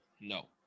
No